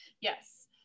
yes